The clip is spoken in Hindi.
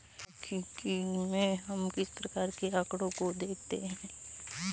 सांख्यिकी में हम किस प्रकार के आकड़ों को देखते हैं?